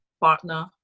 partner